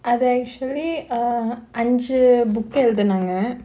அது:athu actually err அஞ்சு:anju book எழுதுனாங்க:eluthunaanga